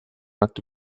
atto